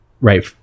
Right